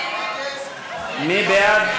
מי בעד?